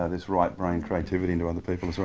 ah, this right brain creativity into other people as well.